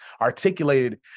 articulated